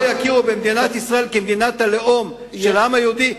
יכירו במדינת ישראל כמדינת הלאום של העם היהודי,